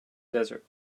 desert